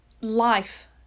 life